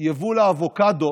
מיבול האבוקדו